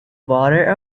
water